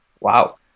wow